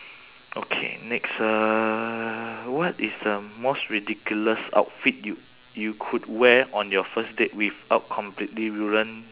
okay next uh what is the most ridiculous outfit you you could wear on your first date without completely ruin